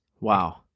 Wow